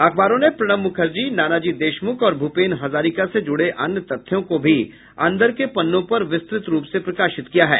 अखबारों ने प्रणब मुखर्जी नानाजी देशमुख और भूपेन हजारिका से जुड़े अन्य तथ्यों को भी अंदर के पन्नों पर विस्तृत रूप से प्रकाशित किया है